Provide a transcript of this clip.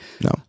No